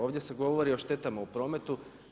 Ovdje se govori o štetama u prometu.